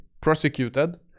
prosecuted